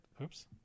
Oops